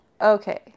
Okay